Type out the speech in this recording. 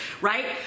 right